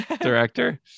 director